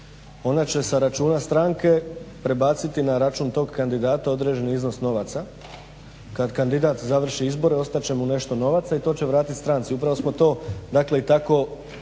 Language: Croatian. ona će sa računa stranke prebaciti na račun tog kandidata određeni iznos novaca, kad kandidat završi izbore ostat će mu nešto novaca i to će vratiti stranci. Upravo smo to dakle